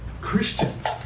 Christians